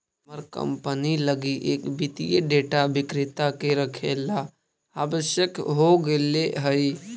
हमर कंपनी लगी एक वित्तीय डेटा विक्रेता के रखेला आवश्यक हो गेले हइ